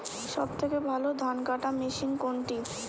সবথেকে ভালো ধানকাটা মেশিন কোনটি?